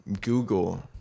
Google